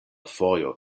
fojo